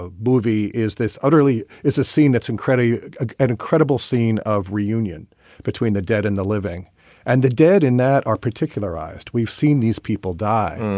ah movie is this utterly is a scene that's incredibly an incredible scene of reunion between the dead and the living and the dead in that our particular eyes. we've seen these people die.